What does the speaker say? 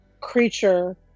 creature